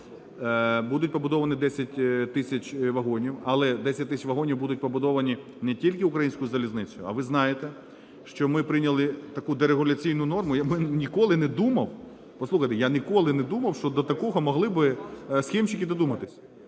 Будуть побудовані 10 тисяч вагонів. Але 10 тисяч вагонів будуть побудовані не тільки "Українською залізницею", а ви знаєте, що ми прийняли таку дерегуляційну норму, я би ніколи не думав, послухайте, я ніколи не думав,